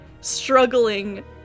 struggling